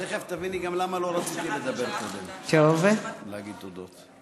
תכף תביני גם למה לא רציתי לדבר קודם ולהגיד תודות.